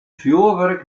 fjurwurk